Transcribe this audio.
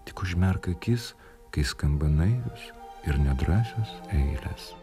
tik užmerk akis kai skamba naivios ir negražios eilės